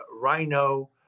rhino